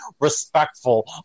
respectful